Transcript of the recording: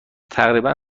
تقریبا